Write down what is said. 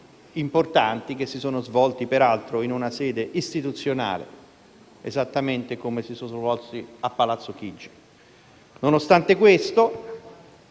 importanti, che si sono svolti peraltro in una sede istituzionale, esattamente come si sono svolti a Palazzo Chigi. Nonostante questo,